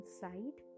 side